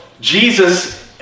Jesus